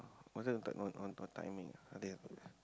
was it a third on on on timing ah uh there